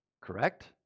Correct